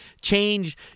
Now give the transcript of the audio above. change